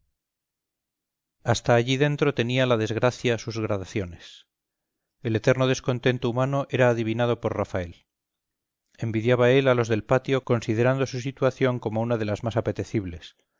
hasta allí dentro tenía la desgracia sus gradaciones el eterno descontento humano era adivinado por rafael envidiaba él a los del patio considerando su situación como una de las más apetecibles